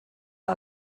are